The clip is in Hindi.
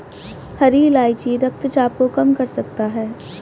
हरी इलायची रक्तचाप को कम कर सकता है